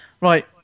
Right